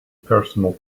personal